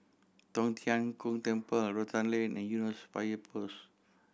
Tong Tien Kung Temple Rotan Lane and Eunos Fire Post